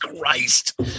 christ